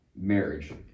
marriage